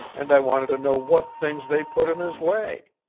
and i wanted to know what things they put in his way.